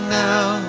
now